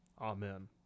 Amen